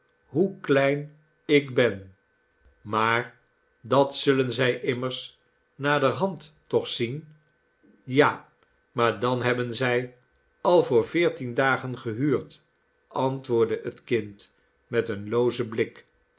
hoe klein ik ben maar dat zullen zij immers naderhand toch zien ja maar dan hebben zij al voor veertien dagen gehuurd antwoordde het kind met een loozen blik